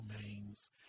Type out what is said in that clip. domains